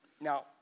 Now